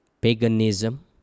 Paganism